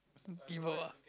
devil ah